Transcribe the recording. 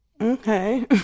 okay